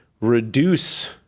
reduce